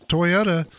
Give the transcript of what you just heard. Toyota